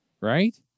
right